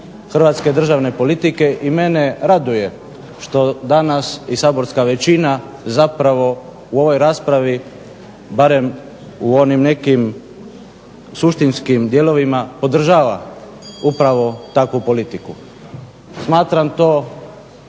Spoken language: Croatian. Hrvatske državne politike i mene raduje što danas saborska većina u ovoj raspravi barem u nekim suštinskim dijelovima podržava upravo takvu politiku. Smatram to